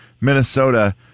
minnesota